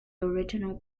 original